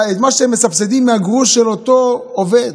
מה שהם מסבסדים מהגרוש של אותו עובד.